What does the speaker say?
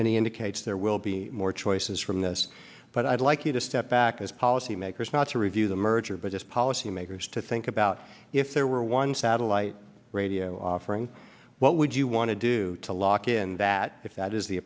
he indicates there will be more choices from this but i'd like you to step back as policymakers not to review the merger but just policymakers to think about if there were one satellite radio offering what would you want to do to lock in that if that is the